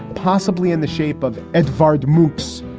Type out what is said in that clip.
possibly in the shape of edvard mousse,